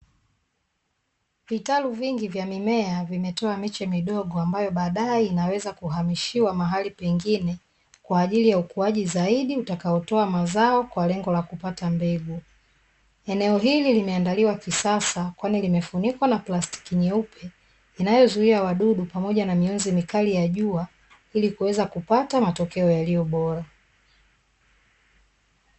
Vitalu vingi vya mimea vimetoa miche midogo ambayo baadae inaweza kuhamishiwa mahali pengine, kwa ajili ya ukuaji zaidi utakaotoa mazao, kwa lengo la kupata mbegu. Eneo hili limeandaliwa kisasa kwani limefunikwa na plastiki nyeupe, inayozuia wadudu pamoja na mionzi mikali ya jua, ili kuweza kupata matokeo yaliyo bora.